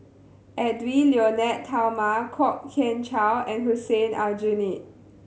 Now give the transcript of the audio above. Edwy Lyonet Talma Kwok Kian Chow and Hussein Aljunied